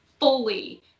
fully